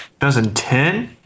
2010